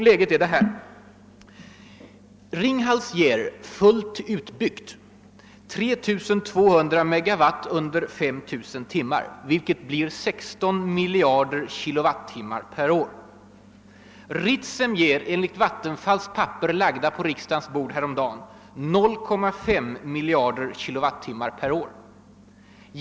Ringhalsverket ger, enligt uppgift, fullt utbyggt 3200 megawatt under 5000 timmar, vilket gör 16 miljarder kilowattimmar per år. Ritsem ger enligt Vattenfalls papper, lagda på riksdagens bord häromdagen, 0,5 miljarder kilowattimmar per år.